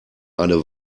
eine